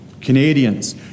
Canadians